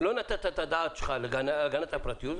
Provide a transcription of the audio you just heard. לא נתת את הדעת שלך על הגנת הפרטיות,